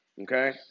okay